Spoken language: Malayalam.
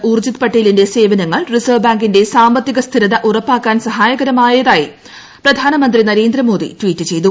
ഊർജിത് പട്ടേലിന്റെ സേവനങ്ങൾ റിസർവ്വ് ബാങ്കിന്റെ ഉറപ്പാക്കാൻ സഹായകരമായതായി പ്രധാനമന്ത്രി നരേന്ദ്രമോദി ട്വീറ്റ് ചെയ്തു